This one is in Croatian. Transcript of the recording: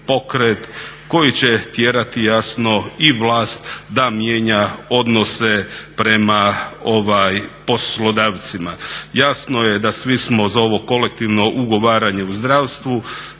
koji će tjerati jasno i vlast da mijenja odnose prema poslodavcima. Jasno je da svi smo za ovo kolektivno ugovaranje u zdravstvu,